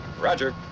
Roger